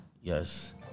Yes